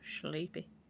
Sleepy